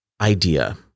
idea